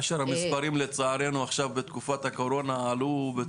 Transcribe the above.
כאשר המספרים לצערנו עכשיו בתקופת הקורונה עלו.